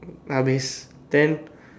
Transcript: I'll then